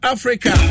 Africa